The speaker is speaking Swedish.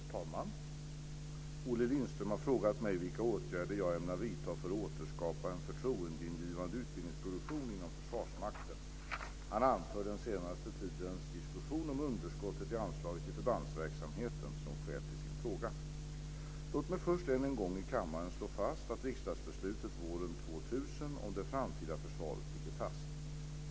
Herr talman! Olle Lindström har frågat mig vilka åtgärder jag ämnar vidta för att återskapa en förtroendeingivande utbildningsproduktion inom Försvarsmakten. Han anför den senaste tidens diskussion om underskott i anslaget till förbandsverksamheten som skäl till sin fråga. Låt mig först ännu en gång i kammaren slå fast att riksdagsbeslutet våren 2000 om det framtida försvaret ligger fast.